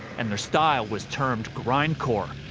and their style was termed grindcore.